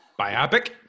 Biopic